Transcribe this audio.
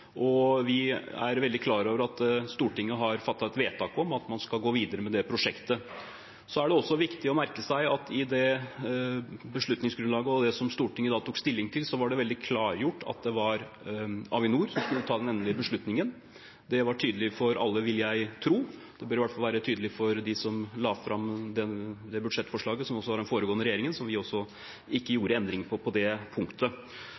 og for regionen, og vi er veldig klar over at Stortinget har fattet et vedtak om at man skal gå videre med det prosjektet. Det er også viktig å merke seg at i det beslutningsgrunnlaget og det Stortinget da tok stilling til, var det veldig klargjort at det var Avinor som skulle ta den endelige beslutningen. Det var tydelig for alle, vil jeg tro. Det bør i hvert fall være tydelig for dem som la fram det budsjettforslaget, altså den foregående regjeringen, og vi gjorde ikke endringer på det punktet.